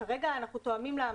כרגע אנחנו תואמים לאמנה.